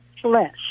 flesh